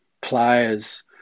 players